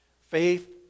Faith